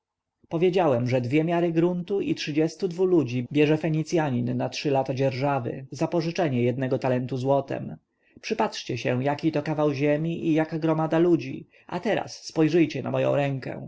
powiedziałem że dwie miary gruntu i trzydziestu dwóch ludzi bierze fenicjanin na trzy lata dzierżawy za pożyczenie jednego talentu złotem przypatrzcie się jaki to kawał ziemi i jaka gromada ludzi a teraz spojrzyjcie na moją rękę